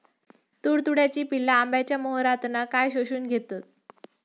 तुडतुड्याची पिल्ला आंब्याच्या मोहरातना काय शोशून घेतत?